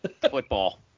football